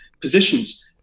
positions